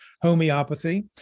homeopathy